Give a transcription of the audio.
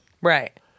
Right